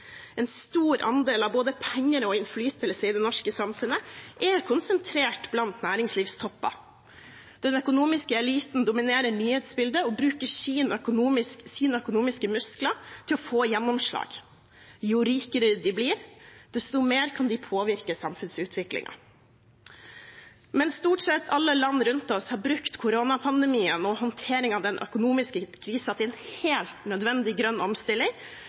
En stor andel av både penger og innflytelse i det norske samfunnet er konsentrert blant næringslivstopper. Den økonomiske eliten dominerer nyhetsbildet og bruker sine økonomiske muskler til å få gjennomslag. Jo rikere de blir, desto mer kan de påvirke samfunnsutviklingen. Mens stort sett alle land rundt oss har brukt koronapandemien og håndteringen av den økonomiske krisen til en helt nødvendig grønn omstilling,